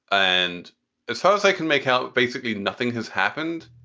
and as far as i can make out, basically nothing has happened